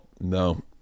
No